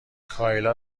کایلا